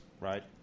right